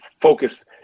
focus